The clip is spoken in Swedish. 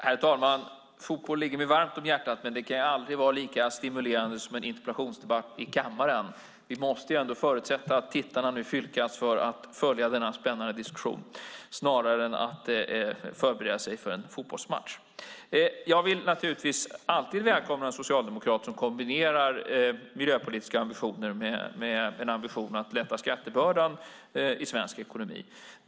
Herr talman! Fotboll ligger mig varmt om hjärtat, men det kan aldrig vara lika stimulerande som en interpellationsdebatt i kammaren. Vi måste ändå förutsätta att tittarna fylkas för att följa denna spännande diskussion snarare än att förbereda sig för en fotbollsmatch. Jag välkomnar alltid en socialdemokrat som kombinerar miljöpolitiska ambitioner med en önskan att lätta skattebördan i svensk ekonomi.